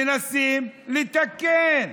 מנסים לתקן.